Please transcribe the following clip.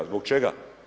Zbog čega?